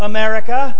America